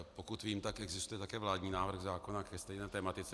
Pokud vím, tak existuje také vládní návrh zákona ke stejné tematice.